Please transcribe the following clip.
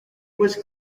was